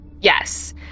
Yes